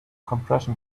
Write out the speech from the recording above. compression